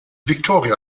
victoria